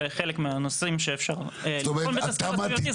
וחלק מהנושאים שאפשר לבחון בתזכיר סביבתי זה מה יקרה.